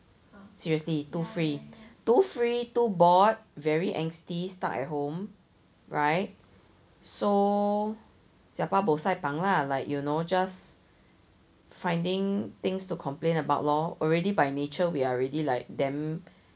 seriously too free too free too bored very angsty stuck home right so jiak ba bo sai pang lah like you know just finding things to complain about lor already by nature we already like damn